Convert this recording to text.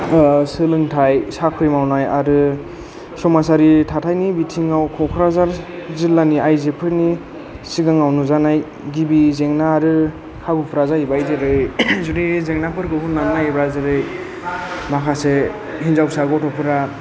सोलोंथाय साख्रि मावनाय आरो समाजारि थाथायनि बिथिङाव क'क्राझार जिल्लानि आइजोफोरनि सिगाङाव नुजानाय गिबि जेंना आरो खाबुफोरा जाहैबाय जेरै जुदि जेंनाफोरखौ नायोब्ला जेरै माखासे हिनजावसा गथ'फोरा